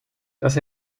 dass